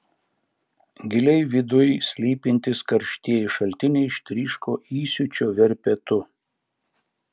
giliai viduj slypintys karštieji šaltiniai ištryško įsiūčio verpetu